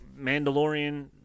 Mandalorian